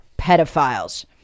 pedophiles